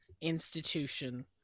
institution